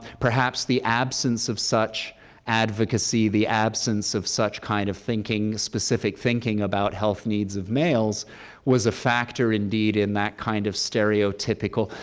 perhaps the absence of such advocacy, the absence of such kind of thinking, specific thinking, about health needs of males was a factor indeed in that kind of stereotypical.